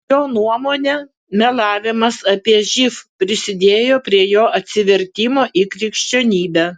jo nuomone melavimas apie živ prisidėjo prie jo atsivertimo į krikščionybę